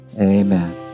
amen